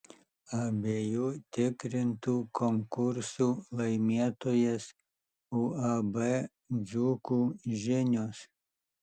abiejų tikrintų konkursų laimėtojas uab dzūkų žinios